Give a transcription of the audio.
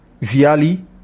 Viali